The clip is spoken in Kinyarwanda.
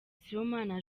sibomana